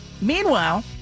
Meanwhile